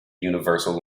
universal